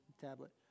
tablet